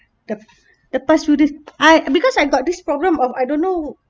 the the past few days I because I got this problem of I don't know